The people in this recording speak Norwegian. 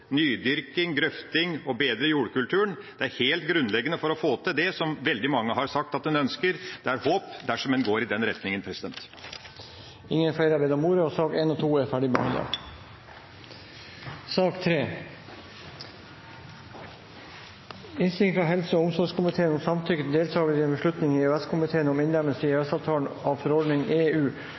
Nydyrking, grøfting og å bedre jordkulturen er helt grunnleggende for å få til det som veldig mange har sagt at de ønsker. Det er håp dersom en går i den retningen. Flere har ikke bedt om ordet, og sakene nr. 1 og 2 er ferdigbehandlet. Ingen har bedt om ordet til sak nr. 3. Etter ønske fra helse- og omsorgskomiteen vil presidenten foreslå at taletiden blir begrenset til 5 minutter til hver partigruppe og 5 minutter til medlem av